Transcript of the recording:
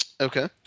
okay